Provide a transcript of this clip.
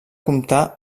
comptar